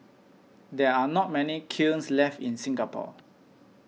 there are not many kilns left in Singapore